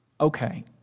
okay